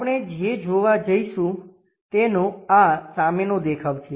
આપણે જે જોવા જઈશું તેનો આ સામેનો દેખાવ છે